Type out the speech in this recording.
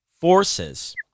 Forces